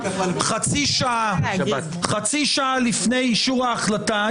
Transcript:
חצי שעה לפני אישור ההחלטה,